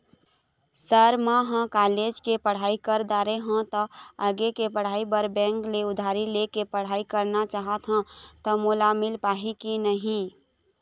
Sir म ह college के पढ़ाई कर दारें हों ता आगे के पढ़ाई बर बैंक ले उधारी ले के पढ़ाई करना चाहत हों ता मोला मील पाही की नहीं?